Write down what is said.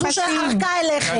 זו שערקה אליכם.